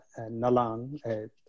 Nalang